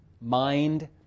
mind